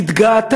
התגאו,